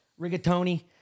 rigatoni